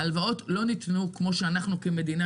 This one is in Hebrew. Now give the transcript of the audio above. ההלוואות לא ניתנו כמו שאנחנו המדינה,